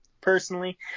personally